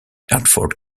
hertford